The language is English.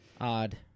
odd